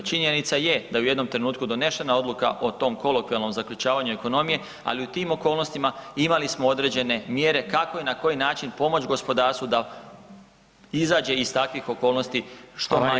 Činjenica je da u jednom trenutku donešena odluka o tom kolokvijalnom zaključavanju ekonomije, ali u tim okolnostima imali smo određene mjere kako i na koji način pomoći gospodarstvu da izađe iz takvih okolnosti što manje ranjivo.